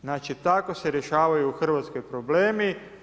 Znači tako se rješavaju u Hrvatskoj problemi.